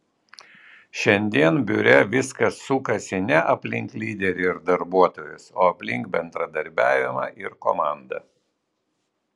šiandien biure viskas sukasi ne aplink lyderį ir darbuotojus o aplink bendradarbiavimą ir komandą